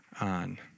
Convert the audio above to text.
on